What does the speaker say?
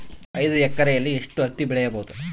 ಐದು ಎಕರೆಯಲ್ಲಿ ಎಷ್ಟು ಹತ್ತಿ ಬೆಳೆಯಬಹುದು?